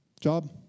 job